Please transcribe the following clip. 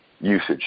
usage